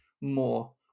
more